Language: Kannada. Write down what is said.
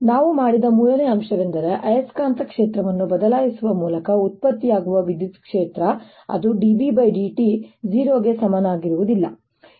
ನಾವು ಮಾಡಿದ ಮೂರನೇ ಅಂಶವೆಂದರೆ ಆಯಸ್ಕಾಂತೀಯ ಕ್ಷೇತ್ರವನ್ನು ಬದಲಾಯಿಸುವ ಮೂಲಕ ಉತ್ಪತ್ತಿಯಾಗುವ ವಿದ್ಯುತ್ ಕ್ಷೇತ್ರ ಅಂದರೆ dBdt 0 ಗೆ ಸಮನಾಗಿರುವುದಿಲ್ಲ